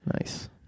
Nice